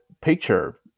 picture